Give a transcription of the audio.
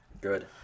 Good